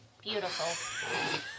beautiful